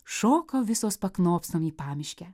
šoko visos paknopstom į pamiškę